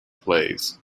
plays